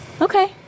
Okay